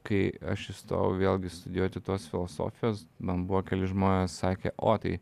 kai aš įstojau vėlgi studijuoti tos filosofijos man buvo keli žmonės sakę o tai